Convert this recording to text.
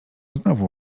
znowu